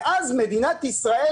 ואז מדינת ישראל